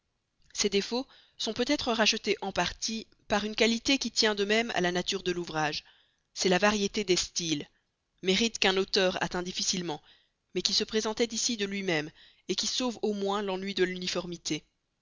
ces défauts sont peut-être rachetés en partie par une qualité qui tient de même à la nature de l'ouvrage c'est la variété des styles mérite qu'un auteur atteint difficilement mais qui se présentait ici de lui-même qui sauve au moins l'ennui de l'uniformité